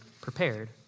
prepared